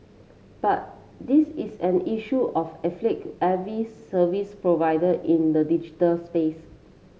but this is an issue of afflict every service provider in the digital space